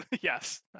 Yes